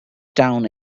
town